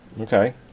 Okay